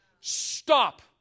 stop